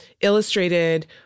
illustrated